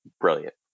brilliant